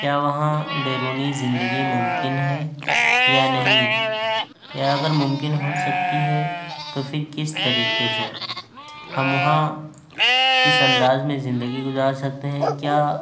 کیا وہاں بیرونی زندگی ممکن ہے یا نہیں یا اگر ممکن ہوسکتی ہے تو پھر کس طریقے سے ہم وہاں کس انداز میں زندگی گزار سکتے ہیں کیا